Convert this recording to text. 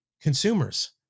Consumers